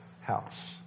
house